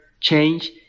change